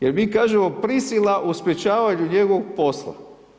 Jer mi kažemo prisila u sprječavanju njegovog posla.